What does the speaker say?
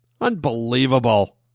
unbelievable